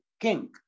King